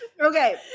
Okay